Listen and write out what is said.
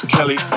Kelly